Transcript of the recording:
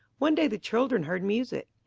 one day the children heard music.